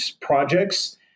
projects